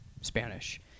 Spanish